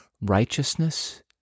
Righteousness